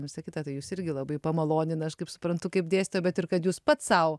visa kita tai jūs irgi labai pamalonina aš kaip suprantu kaip dėstytoją bet ir kad jūs pats sau